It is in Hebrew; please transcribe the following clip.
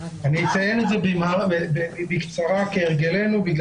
אציין את זה בקצרה, כהרגלנו, בגלל